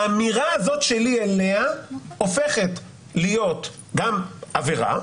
האמירה הזאת שלי אליה הופכת להיות גם עבירה,